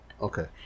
okay